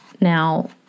Now